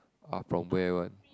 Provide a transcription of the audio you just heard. are from where one